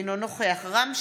אינו נוכח רם שפע,